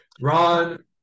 ron